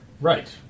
Right